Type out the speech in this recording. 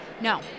No